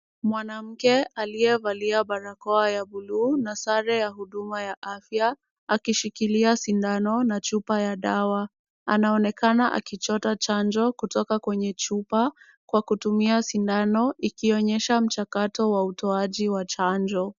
Mwanamke aliyevalia barakoa ya buluu na sare ya huduma ya afya akishikilia sindano na chupa ya dawa. Anaonekana akichota chanjo kutoka kwenye chupa kwa kutumia sindano ikionyesha mchakato wa utoaji wa chanjo.